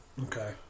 Okay